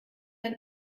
ein